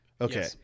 Okay